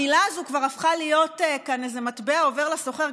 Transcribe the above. המילה הזו כבר הפכה להיות כאן איזה מטבע עובר לסוחר,